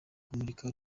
kumurika